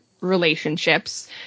relationships